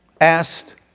asked